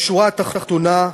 בשורה התחתונה,